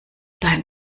dein